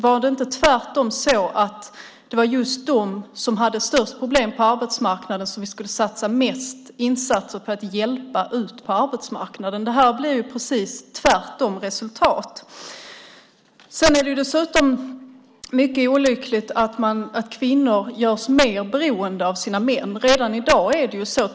Var det inte tvärtom så att det var de som hade störst problem på arbetsmarknaden som vi skulle satsa flest insatser på att hjälpa ut på arbetsmarknaden? Resultatet av det här blir precis tvärtom. Det är också mycket olyckligt att kvinnor görs mer beroende av sina män.